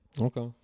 Okay